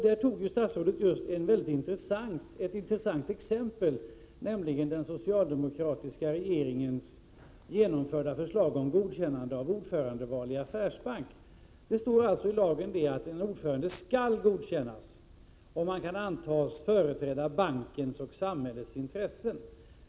Där tog ju statsrådet ett mycket intressant exempel, nämligen den socialdemokratiska regeringens genomförda förslag om godkännande av ordförandeval i affärsbanks styrelse. Det står i lagen att en ordförande skall godkännas om han kan antas företräda bankens och samhällets intressen.